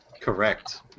correct